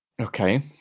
Okay